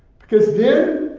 because then,